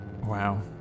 Wow